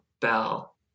bell